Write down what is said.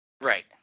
Right